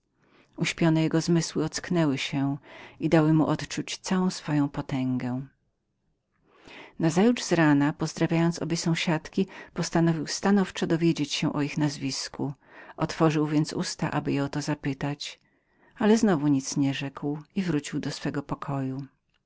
się spać ale obraz czarującej nieznajomej zasnąć mu nawet nie dozwolił nazajutrz z rana mój ojciec pozdrowił obie sąsiadki i nieodmiennie postanowił dowiedzieć się o ich nazwisku otworzył więc usta aby je zapytać ale znowu nic nie rzekł i wrócił do swego pokoju